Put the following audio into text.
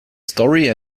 story